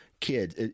kids